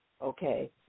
okay